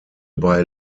bei